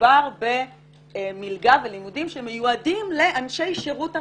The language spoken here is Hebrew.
שמדובר במלגה ולימודים שמיועדים לאנשי שירות המדינה.